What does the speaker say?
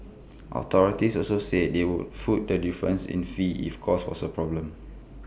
authorities also said they would foot the difference in fees if cost was A problem